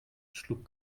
schlug